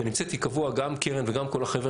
ונמצאים איתי קבוע גם קרן וגם כל החבר'ה,